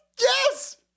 yes